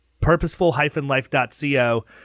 Purposeful-Life.co